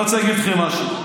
אני רוצה להגיד לכם משהו.